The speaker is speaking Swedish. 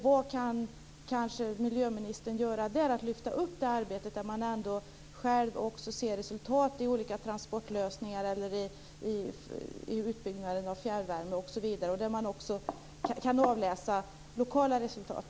Vad kan miljöministern göra för att lyfta upp det arbetet, där man själv ser resultat i olika transportlösningar, i utbyggnad av fjärrvärme osv. och där man också kan avläsa lokala resultat?